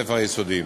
ובבתי-הספר היסודיים.